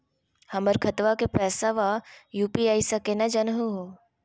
हमर खतवा के पैसवा यू.पी.आई स केना जानहु हो?